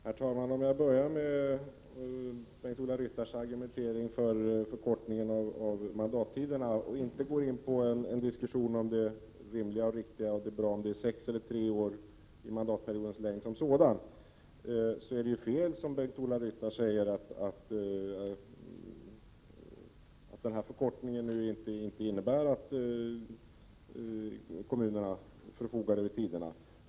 Herr talman! Om jag börjar med Bengt-Ola Ryttars argumentering för förkortningen av mandattiderna utan att gå in på en diskussion om mandatperiodens längd som sådan — om det rimliga och riktiga är att den skall vara tre år eller sex år — så vill jag säga att Bengt-Ola Ryttar har fel när han påstår att den föreslagna förkortningen inte innebär att kommunerna inte förfogar över tiderna.